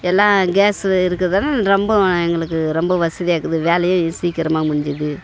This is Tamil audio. எல்லாம் கேஸு இருக்கிறதுனால ரொம்பவும் எங்களுக்கு ரொம்ப வசதியாக இருக்குது வேலையும் சீக்கிரமாக முடுஞ்சிடுது